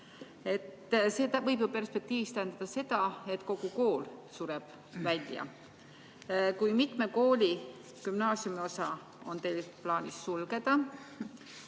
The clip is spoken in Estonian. See võib ju perspektiivis tähendada seda, et kogu kool sureb välja. Kui mitme kooli gümnaasiumiosa on teil plaanis sulgeda?